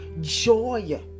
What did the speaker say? joy